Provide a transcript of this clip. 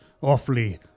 awfully